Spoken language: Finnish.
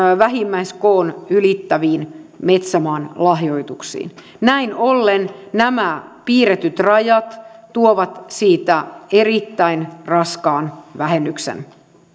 vähimmäiskoon ylittäviin metsämaan lahjoituksiin näin ollen nämä piirretyt rajat tekevät siitä erittäin raskaan vähennyksen